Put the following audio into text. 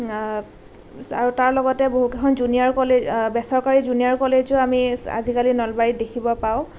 আৰু তাৰ লগতে বহুতকেইখন জুনিয়ৰ কলেজ বেচৰকাৰী জুনিয়ৰ কলেজো আমি আজিকালি নলবাৰীত দেখিব পাওঁ